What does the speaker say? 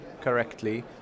correctly